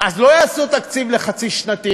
אז לא יעשו תקציב חצי-שנתי,